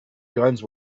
guns